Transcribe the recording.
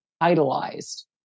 idolized